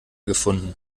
gefunden